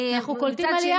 אנחנו קולטים עלייה,